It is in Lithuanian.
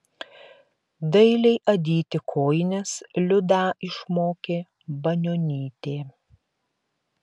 dailiai adyti kojines liudą išmokė banionytė